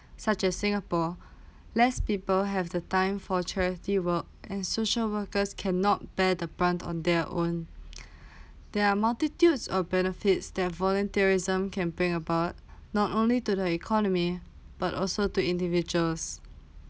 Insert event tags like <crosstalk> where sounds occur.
such as singapore less people have the time for charity work and social workers cannot bear the brunt on their own <noise> <breath> there are multitude of benefits that volunteerism can bring about not only to the economy but also to individuals